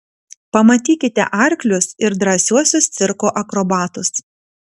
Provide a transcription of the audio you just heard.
pamatykite arklius ir drąsiuosius cirko akrobatus